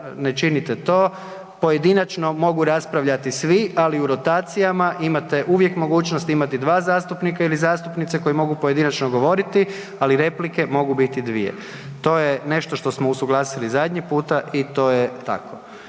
ne činite to. Pojedinačno mogu raspravljati svi, ali u rotacijama imate uvijek mogućnost imati 2 zastupnika ili zastupnice koji mogu pojedinačno govoriti, ali replike mogu biti 2. To je nešto što smo usuglasili zadnji puta i to je tako.